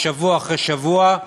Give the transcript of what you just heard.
שבוע אחרי שבוע,